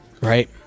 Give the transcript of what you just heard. Right